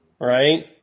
right